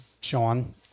Sean